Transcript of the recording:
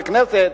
בכנסת,